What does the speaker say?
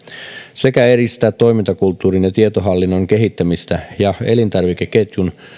sekä edistää toimintakulttuurin ja tietohallinnon kehittämistä ja elintarvikeketjun